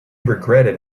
regretted